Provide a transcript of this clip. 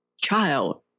child